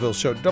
show